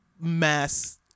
mass